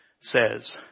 says